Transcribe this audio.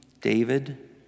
David